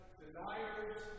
deniers